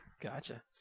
Gotcha